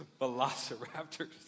Velociraptors